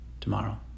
tomorrow